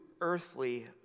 earthly